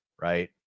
right